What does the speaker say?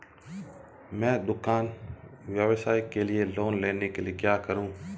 मैं दुकान व्यवसाय के लिए लोंन लेने के लिए क्या करूं?